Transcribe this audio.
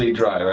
dry.